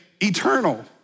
eternal